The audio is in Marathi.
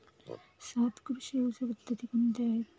सात कृषी पद्धती कोणत्या आहेत?